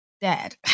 Dad